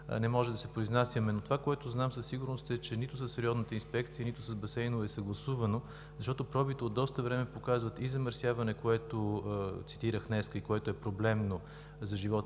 да се произнасяме. Това, което знам със сигурност, е, че нито с Районната инспекция, нито с Басейнова дирекция е съгласувано, защото пробите от доста време показват и замърсяване, което цитирах днес и което е проблемно за живота